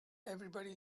everybody